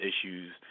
issues